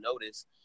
notice